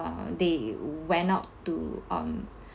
uh they went out to um